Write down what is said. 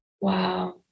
Wow